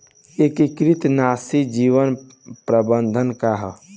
एकीकृत नाशी जीव प्रबंधन का ह?